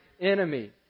enemy